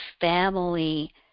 family